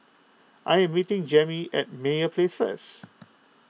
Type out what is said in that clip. I am meeting Jamey at Meyer Place first